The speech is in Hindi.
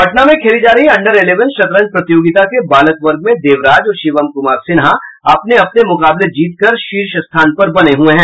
पटना में खेली जा रही अंडर इलेवन शतरंज प्रतियोगिता के बालक वर्ग में देवराज और शिवम कुमार सिन्हा अपने अपने मुकाबले जीतकर शीर्ष स्थान पर बने हुये हैं